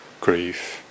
grief